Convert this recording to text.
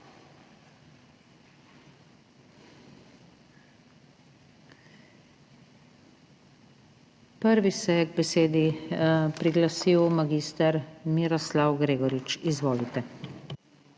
Prvi se je k besedi priglasil mag. Miroslav Gregorič. Izvolite.